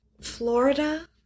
Florida